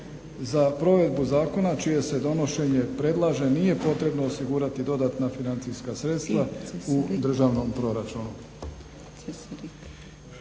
Za provedbu zakona čije se donošenje predlaže nije potrebno osigurati dodatna financijska sredstva u državnom proračunu.